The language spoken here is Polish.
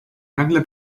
nagle